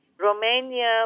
Romania